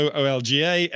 olga